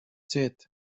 ciet